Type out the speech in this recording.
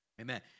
Amen